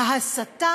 ההסתה